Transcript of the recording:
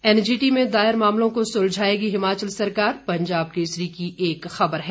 NGT में दायर मामलों को सुलझाएगी हिमाचल सरकार पंजाब केसरी की एक खबर है